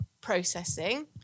processing